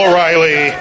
O'Reilly